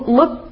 look